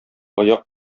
аяк